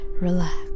relax